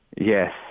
Yes